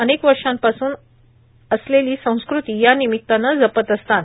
अनेक वर्षांपासून असलेली संस्कृती या निमित्तानं जपत असतात